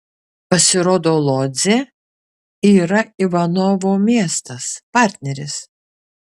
pasirodo lodzė yra ivanovo miestas partneris